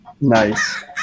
nice